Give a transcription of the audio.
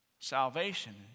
Salvation